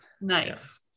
Nice